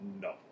No